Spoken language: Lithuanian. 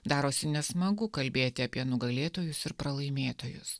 darosi nesmagu kalbėti apie nugalėtojus ir pralaimėtojus